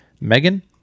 megan